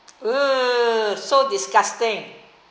ugh so disgusting